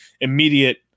immediate